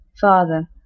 father